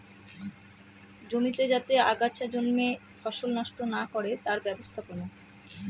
জমিতে যাতে আগাছা জন্মে ফসল নষ্ট না করে তার ব্যবস্থাপনা